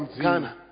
Ghana